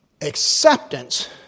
Acceptance